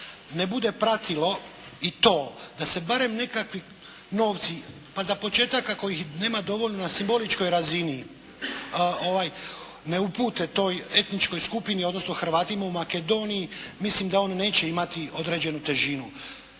ne bude pratio i to da se bar nekakvi novci, pa za početak ako ih nema dovoljno na simboličkoj razini, ne upute toj etničkoj skupini, odnosno Hrvatima u Makedoniji mislim da on neće imati određenu težinu.